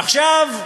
ועכשיו,